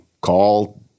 call